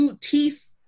teeth